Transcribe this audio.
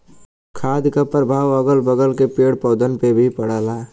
खाद क परभाव अगल बगल के पेड़ पौधन पे भी पड़ला